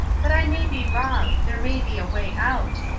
but i may be wrong there may be a way out.